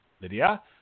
Lydia